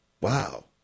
Wow